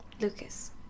Lucas